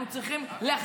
אנחנו צריכים להרגיע אותן,